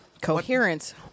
Coherence